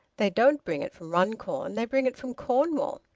they don't bring it from runcorn. they bring it from cornwall.